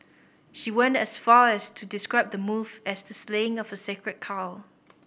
she went as far as to describe the move as the slaying of a sacred cow